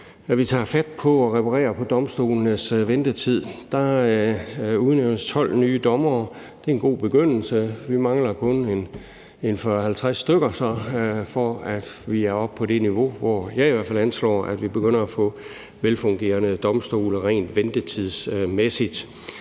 nu tager fat på at reparere på domstolenes ventetid. Der udnævnes 12 nye dommere. Det er en god begyndelse. Vi mangler kun 40-50 stykker, for at vi er oppe på det niveau, hvor jeg i hvert fald anslår at vi begynder at få velfungerende domstole rent ventetidsmæssigt.